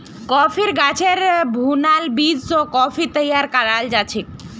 कॉफ़ीर गाछेर भुनाल बीज स कॉफ़ी तैयार कराल जाछेक